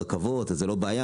רכבות שזה לא בעיה,